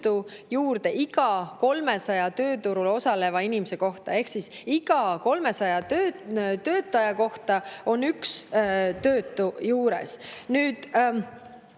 juurde iga 300 tööturul osaleva inimese kohta. Iga 300 töötaja kohta on üks töötu juures. Nüüd,